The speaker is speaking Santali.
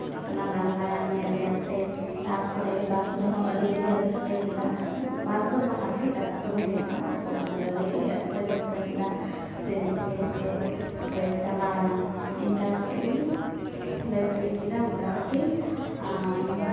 ᱚᱱᱟ ᱜᱚᱝᱜᱟ ᱧᱮᱞ ᱧᱮᱞ ᱛᱮ ᱛᱟᱨᱯᱚᱨᱮ ᱵᱟᱥ ᱨᱮᱦᱚᱸ ᱟᱹᱰᱤ ᱜᱮᱞᱮ ᱨᱟᱹᱥᱠᱟᱹ ᱠᱮᱫᱟ ᱵᱟᱥ ᱫᱚ ᱵᱟᱝ ᱟᱨᱠᱤ ᱴᱟᱴᱟ ᱥᱩᱢᱩ ᱛᱟᱦᱮᱸ ᱠᱟᱱᱟ ᱟᱫᱚ ᱚᱱᱟ ᱜᱟᱹᱰᱤ ᱨᱮᱜᱮ ᱟᱹᱰᱤ ᱜᱮᱞᱮ ᱴᱟᱹᱥᱠᱟᱹ ᱠᱮᱫᱟ ᱥᱮᱥᱮᱨ ᱥᱮᱨᱮᱧ ᱛᱮᱞᱮ ᱪᱟᱞᱟᱣᱱᱟ ᱤᱱᱠᱟ ᱠᱟᱛᱮ ᱜᱮᱞᱮ ᱛᱤᱭᱳᱜ ᱠᱮᱫᱟ ᱢᱳᱴᱟᱢᱩᱴᱤ